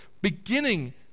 beginning